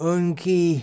Unki